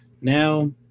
now